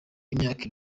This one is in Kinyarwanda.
imyaka